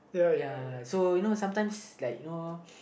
ya so you know sometimes like you know